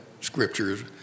scriptures